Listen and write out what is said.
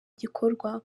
gikorwa